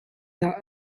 dah